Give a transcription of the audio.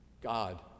God